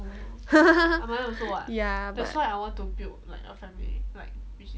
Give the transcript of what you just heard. ya but